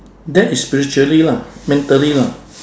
that is spiritually lah mentally lah